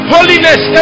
Holiness